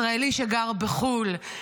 ישראלי שגר בחו"ל,